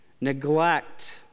neglect